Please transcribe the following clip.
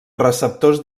receptors